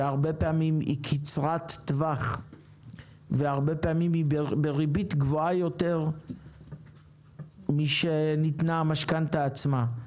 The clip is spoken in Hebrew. ופעמים רבות היא קצרת טווח ובריבית גבוהה יותר משל המשכנתה עצמה.